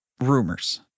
Rumors